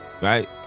Right